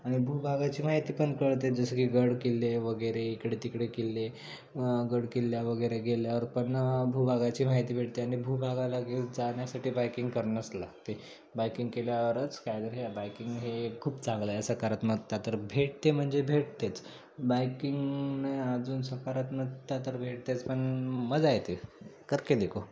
आणि भूभागाची माहितीपण कळते जसं की गड किल्लेवगैरे इकडे तिकडे किल्ले गडकिल्ल्यावगैरे गेल्यावरपण भूभागाची माहिती भेटते आणि भूभागाला गे जाण्यासाठी बायकिंग करणंच लागते बायकिंग केल्यावरच कायतरी हे बायकिंग हे खूप चांगलं आहे सकारात्मकता तर भेटते म्हणजे भेटतेच बायकिंग अजून सकारात्मकता तर भेटतेच पण मजा येते करके देखो